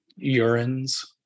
urines